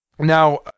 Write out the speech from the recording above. Now